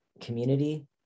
community